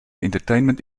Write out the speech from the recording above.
entertainment